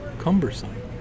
Cumbersome